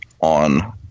on